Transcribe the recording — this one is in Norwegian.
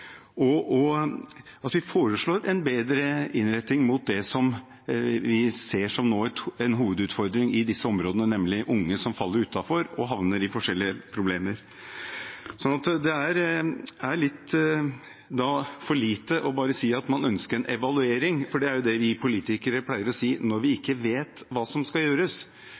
og at vi foreslår en bedre innretning mot det vi ser som en hovedutfordring i disse områdene, nemlig unge som faller utenfor og havner i forskjellige problemer. Det er litt for lite bare å si at man ønsker en evaluering. Det er det vi politikere pleier å si når vi ikke vet hva som skal gjøres,